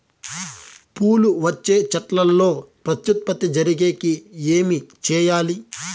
పూలు వచ్చే చెట్లల్లో ప్రత్యుత్పత్తి జరిగేకి ఏమి చేయాలి?